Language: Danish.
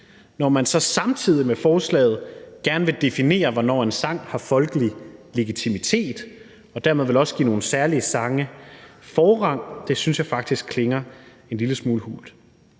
når man så samtidig med forslaget gerne vil definere, hvornår en sang har folkelig legitimitet og dermed vel også give nogle særlige sange forrang. Det synes jeg faktisk klinger en lille smule hult.